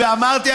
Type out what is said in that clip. ואמרתי,